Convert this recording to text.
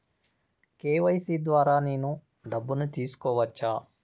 KYC ద్వారా నేను డబ్బును తీసుకోవచ్చా?